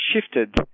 shifted